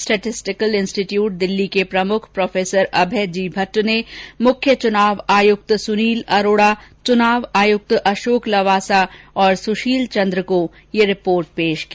statistical institute Delhi के प्रमुख prof Abhay G Bhatt ने मुख्य चुनाव आयुक्त सुनील अरोड़ा चुनाव आयुक्त अशोक लवासा और सुशील चंद्र ये रिपोर्ट पेश की